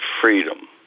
freedom